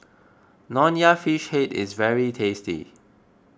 Nonya Fish Head is very tasty